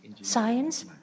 science